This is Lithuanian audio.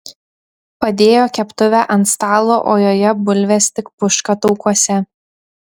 padėjo keptuvę ant stalo o joje bulvės tik puška taukuose